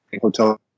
hotel